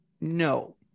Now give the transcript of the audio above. no